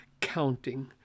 counting